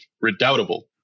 Redoubtable